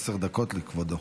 עשר דקות לכבודו.